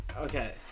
Okay